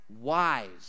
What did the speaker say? wise